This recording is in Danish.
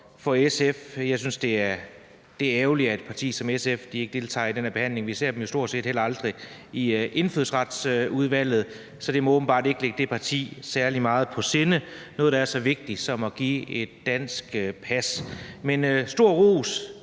fra SF. Jeg synes, det er ærgerligt, at et parti som SF ikke deltager i den her behandling. Vi ser dem jo stort set heller aldrig i Indfødsretsudvalget, så det må åbenbart ikke ligge det parti særlig meget på sinde, altså noget der er så vigtigt som at give et dansk pas til en person.